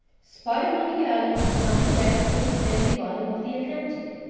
spidermonkey island had come to rest on the sandy bottom of the atlantic,